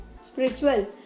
Spiritual